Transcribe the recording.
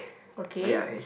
okay